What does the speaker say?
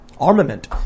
Armament